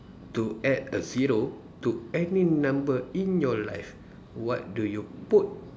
to add a zero to any number in your life what do you put